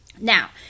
now